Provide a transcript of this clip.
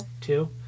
Two